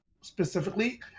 specifically